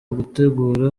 ugutegura